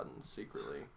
secretly